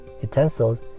utensils